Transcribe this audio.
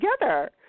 together